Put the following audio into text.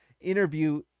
interview